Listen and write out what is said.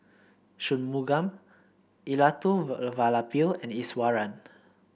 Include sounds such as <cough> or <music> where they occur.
Shunmugam <unintelligible> and Iswaran